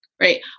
right